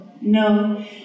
No